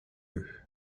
eux